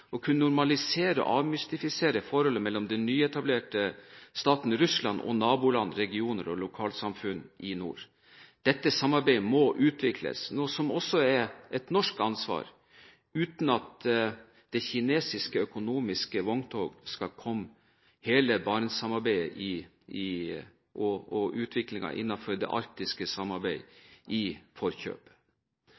å kunne normalisere og avmystifisere forholdet mellom den nyetablerte staten Russland og naboland, regioner og lokalsamfunn i nord. Dette samarbeidet må utvikles, noe som også er et norsk ansvar, uten at det kinesiske økonomiske vogntoget skal komme hele barentssamarbeidet og utviklingen innenfor det arktiske samarbeidet i